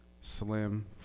slim